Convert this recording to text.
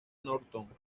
norton